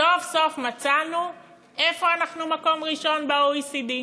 סוף-סוף מצאנו במה אנחנו במקום הראשון ב-OECD,